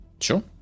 Sure